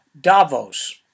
Davos